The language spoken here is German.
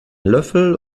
löffel